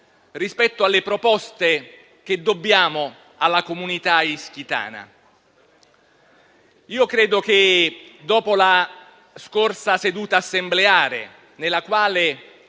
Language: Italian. rispetto alle proposte che dobbiamo alla comunità ischitana. Credo che, dopo la scorsa seduta nella quale